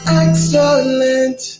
excellent